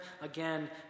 again